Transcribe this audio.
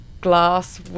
glass